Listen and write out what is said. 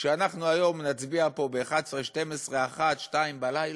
כשאנחנו היום נצביע פה ב-23:00, 24:00,